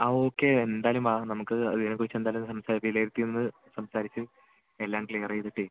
ആ ഓക്കെ എന്തായാലും വാ നമുക്ക് അതിനെക്കുറിച്ച് എന്തായാലും ഒന്ന് വിലയിരുത്തി ഒന്ന് സംസാരിച്ച് എല്ലാം ക്ലിയറ് ചെയ്തിട്ട്